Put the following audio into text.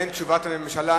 באין תשובת ממשלה,